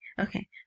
Okay